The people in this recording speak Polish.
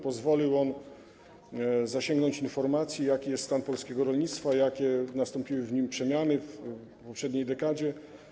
Pozwolił on zasięgnąć informacji, jaki jest stan polskiego rolnictwa, jakie nastąpiły w nim przemiany w poprzedniej dekadzie.